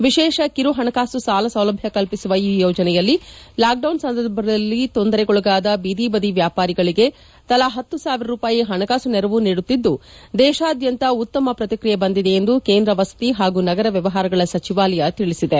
ವಿಶೇಷ ಕಿರು ಹಣಕಾಸು ಸಾಲ ಸೌಲಭ್ಯ ಕಲ್ಲಿಸುವ ಈ ಯೋಜನೆಯಲ್ಲಿ ಲಾಕ್ಡೌನ್ ಸಂದರ್ಭಲ್ಲಿ ತೊಂದರೆಗೊಳಗಾದ ಬೀದಿ ಬದಿ ವ್ಯಾಪಾರಿಗಳಿಗೆ ತಲಾ ಹತ್ತು ಸಾವಿರ ರೂಪಾಯಿ ಹಣಕಾಸು ನೆರವು ನೀಡುತ್ತಿದ್ದು ದೇಶಾದ್ಯಂತ ಉತ್ತಮ ಪ್ರತಿಕ್ರಿಯೆ ಬಂದಿದೆ ಎಂದು ಕೇಂದ್ರ ವಸತಿ ಹಾಗೂ ನಗರ ವ್ಯವಹಾರಗಳ ಸಚಿವಾಲಯ ತಿಳಿಸಿದೆ